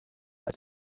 alt